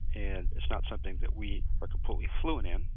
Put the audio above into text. and it's not something that we are completely fluent in,